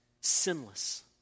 sinless